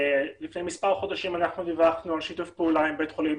לפני מספר חודשים דיווחנו על שיתוף פעולה עם בית חולים